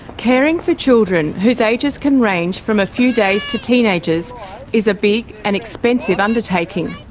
caring for children whose ages can range from a few days to teenagers is a big and expensive undertaking.